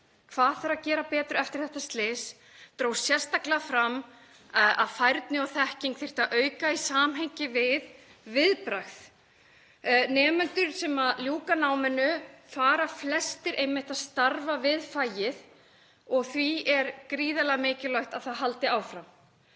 hvað þurfi að gera betur eftir þetta slys dró sérstaklega fram að færni og þekkingu þyrfti að auka í samhengi við viðbragð. Nemendur sem ljúka náminu fara flestir að starfa við fagið og því er gríðarlega mikilvægt að það haldi áfram.